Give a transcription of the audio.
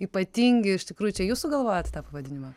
ypatingi ir iš tikrųjų čia jūs sugalvojot tą pavadinimą